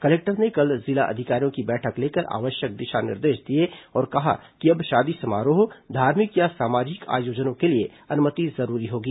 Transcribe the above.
collector ने कल जिला अधिकारियों की बैठक लेकर आवश्यक दिशा निर्देश दिए और कहा कि अब शादी समारोह धार्मिक या सामाजिक आयोजनों के लिए अनुमति जरूरी होगी